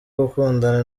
gukundana